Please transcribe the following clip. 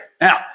Now